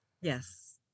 Yes